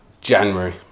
January